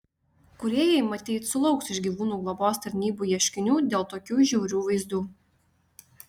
kūrėjai matyt sulauks iš gyvūnų globos tarnybų ieškinių dėl tokių žiaurių vaizdų